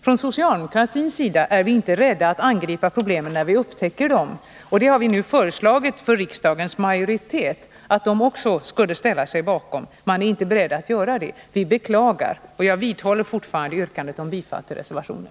Från socialdemokratins sida är vi inte rädda för att angripa problemen när vi upptäcker dem, och vi har nu föreslagit riksdagens majoritet att ställa sig bakom det. Men man är inte beredd att göra det. Vi beklagar det, och jag vidhåller fortfarande yrkandet om bifall till reservationen.